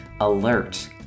alert